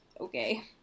okay